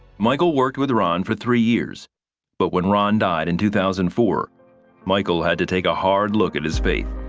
michael worked with ron for three years but when ron died in two thousand and four michael had to take a hard look at his faith.